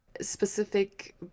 specific